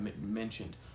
mentioned